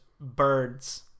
birds